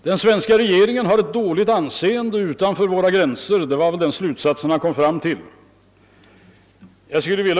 Den svenska regeringen har ett dåligt anseende utanför landets gränser — det var den slutsats han kom fram till.